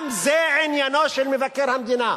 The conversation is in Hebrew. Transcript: גם זה עניינו של מבקר המדינה.